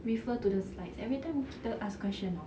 refer to the slides every time kita ask questions [tau]